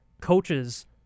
coaches